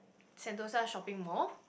Sentosa shopping mall